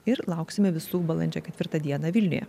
ir lauksime visų balandžio ketvirtą dieną vilniuje